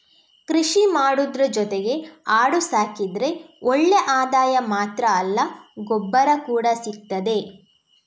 ಕೃಷಿ ಮಾಡುದ್ರ ಜೊತೆಗೆ ಆಡು ಸಾಕಿದ್ರೆ ಒಳ್ಳೆ ಆದಾಯ ಮಾತ್ರ ಅಲ್ಲ ಗೊಬ್ಬರ ಕೂಡಾ ಸಿಗ್ತದೆ